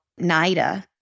NIDA